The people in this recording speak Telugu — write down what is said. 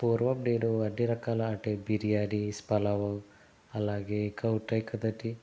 పూర్వం నేను అన్ని రకాల అంటే బిర్యానీ పులావ్ అలాగే ఇంకా ఉంటాయి కదండీ